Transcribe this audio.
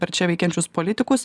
per čia veikiančius politikus